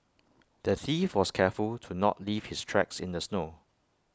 the thief was careful to not leave his tracks in the snow